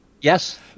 Yes